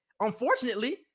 Unfortunately